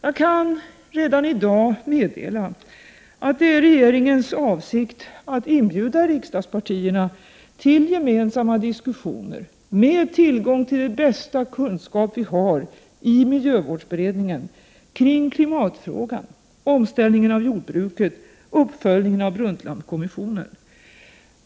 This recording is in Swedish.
Jag kan redan i dag meddela att det är regeringens avsikt att inbjuda riksdagspartierna till gemensamma diskussioner med tillgång till den bästa kunskap vi har i miljövårdsberedningen kring klimatfrågan, omställningen av jordbruket samt uppföljningen av Brundtlandkommissionen.